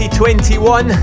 2021